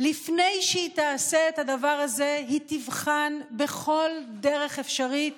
לפני שהיא תעשה את הדבר הזה היא תבחן בכל דרך אפשרית